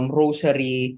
rosary